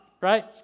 right